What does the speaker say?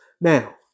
now